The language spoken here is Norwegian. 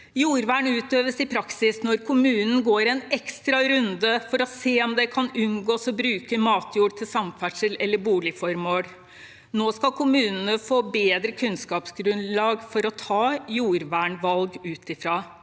Jordvern utøves i praksis når kommunen går en ekstra runde for å se om det kan unngås å bruke matjord til samferdsels- eller boligformål. Nå skal kommunene få bedre kunnskapsgrunnlag å ta jordvernvalg ut ifra.